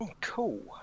cool